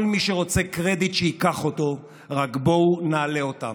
כל מי שרוצה קרדיט שייקח אותו, רק בואו נעלה אותם.